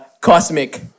cosmic